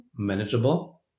manageable